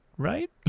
Right